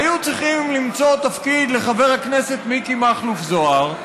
היו צריכים למצוא תפקיד לחבר הכנסת מיקי מכלוף זוהר,